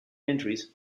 entries